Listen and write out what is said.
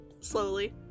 slowly